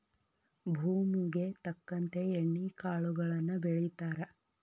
ಭೂಮುಗೆ ತಕ್ಕಂತೆ ಎಣ್ಣಿ ಕಾಳುಗಳನ್ನಾ ಬೆಳಿತಾರ